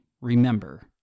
remember